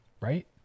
right